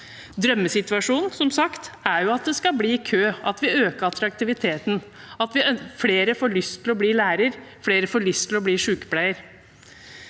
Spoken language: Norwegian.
Drømmesituasjonen er som sagt at det skal bli kø, at vi øker attraktiviteten, at flere får lyst til å bli lærer, og at flere